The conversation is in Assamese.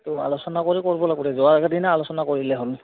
তো আলোচনা কৰি কৰিব লাগিব যোৱাৰ আগৰ দিনা আলোচনা কৰিলে হ'ল